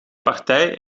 partij